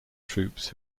troops